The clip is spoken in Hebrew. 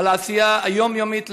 על העשייה היומיומית,